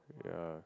yeah